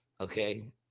Okay